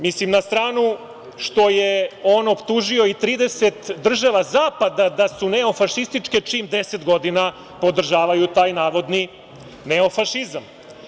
Mislim, na stranu što je on optužio i 30 država zapada da su neofašističke čim 10 godina podržavaju taj navodni neofašizam.